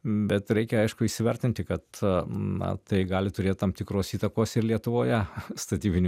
bet reikia aišku įsivertinti kad na tai gali turėt tam tikros įtakos ir lietuvoje statybinių